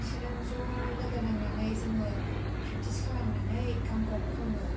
बिसोरजों ज' लोगो नांनानै जोङो प्रेक्टिस खालामनानै गानखौ खनो